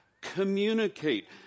Communicate